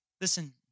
Listen